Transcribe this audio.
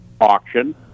auction